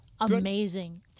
Amazing